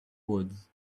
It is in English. woods